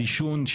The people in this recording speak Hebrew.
עישון,